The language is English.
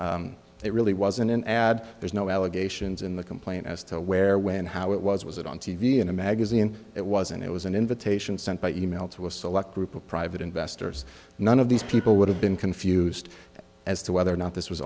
that really wasn't an ad there's no allegations in the complaint as to where when how it was was it on t v in a magazine it was and it was an invitation sent by e mail to a select group of private investors none of these people would have been confused as to whether or not this was